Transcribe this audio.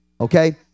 Okay